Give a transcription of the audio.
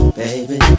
baby